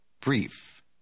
Brief